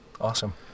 Awesome